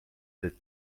sept